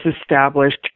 established